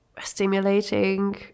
stimulating